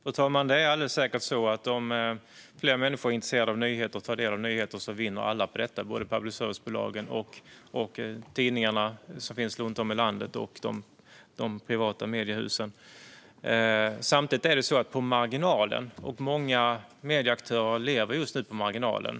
Fru talman! Det är alldeles säkert så att om fler människor är intresserade av nyheter och att ta del av dem vinner alla på detta - både public service-bolagen, de tidningar som finns runt om i landet och de privata mediehusen. Samtidigt lever många medieaktörer just nu på marginalen.